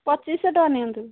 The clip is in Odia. ପଚିଶ ଶହ ଟଙ୍କା ନିଅନ୍ତୁ